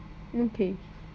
okay